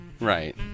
Right